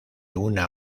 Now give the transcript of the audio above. una